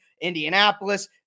Indianapolis